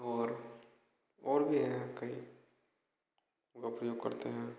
और और भी हैं कई उनका प्रयोग करते हैं